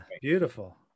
Beautiful